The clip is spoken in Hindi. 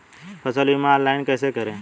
फसल बीमा ऑनलाइन कैसे करें?